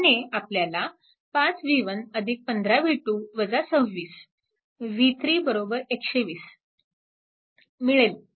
त्याने आपल्याला 5 v1 15 v2 26 v3 120 मिळेल